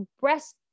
breast